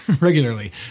regularly